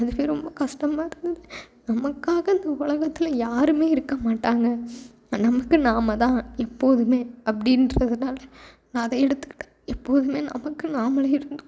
அது ரொம்ப கஷ்டமாக இருந்தது நமக்காக இந்த உலகத்துல யாரும் இருக்க மாட்டாங்க நமக்கு நாம் தான் எப்போதும் அப்படின்றதுனால நான் அதை எடுத்துக்கிட்டேன் எப்போதும் நமக்கு நாமளே இருந்துக்கணும்